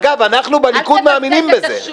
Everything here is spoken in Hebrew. אגב, אנחנו בליכוד מאמינים בזה.